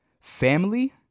family